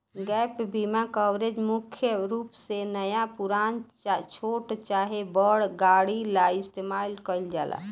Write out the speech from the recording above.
gap बीमा coverage मुख्य रूप से नया पुरान, छोट चाहे बड़ गाड़ी ला इस्तमाल कईल जाला